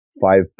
five